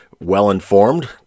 well-informed